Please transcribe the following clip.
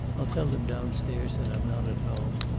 i'll tell them down-stairs that i'm not at home,